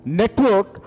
network